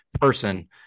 person